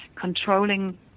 controlling